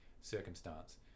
circumstance